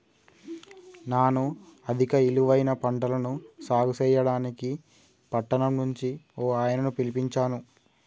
నాను అధిక ఇలువైన పంటలను సాగు సెయ్యడానికి పట్టణం నుంచి ఓ ఆయనని పిలిపించాను